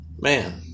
man